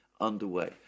underway